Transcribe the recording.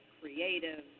creative